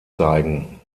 zeigen